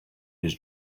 his